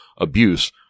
abuse